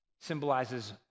symbolizes